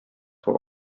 for